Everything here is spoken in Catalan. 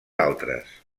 altres